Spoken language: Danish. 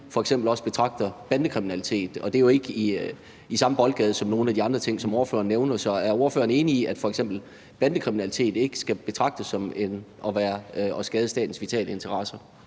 statens vitale interesser, og det er jo ikke i den samme boldgade som nogle af de andre ting, som ordføreren nævner. Så er ordføreren enig i, at f.eks. bandekriminalitet ikke skal betragtes som at skade statens vitale interesser?